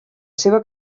seva